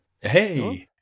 Hey